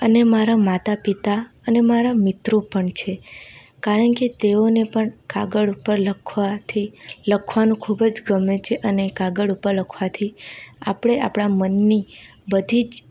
અને મારા માતા પિતા અને મારા મિત્રો પણ છે કારણ કે તેઓને પણ કાગળ ઉપર લખવાથી લખવાનું ખૂબ જ ગમે છે અને કાગળ ઉપર લખવાથી આપણે આપણા મનની બધી જ